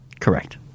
Correct